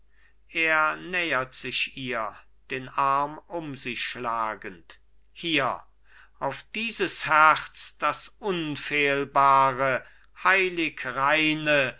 er nähert sich ihr den arm um sie schlagend hier auf dieses herz das unfehlbare heilig reine